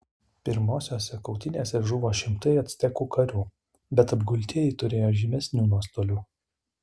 pirmosiose kautynėse žuvo šimtai actekų karių bet apgultieji turėjo žymesnių nuostolių